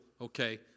Okay